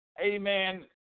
amen